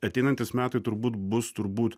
ateinantys metai turbūt bus turbūt